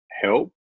help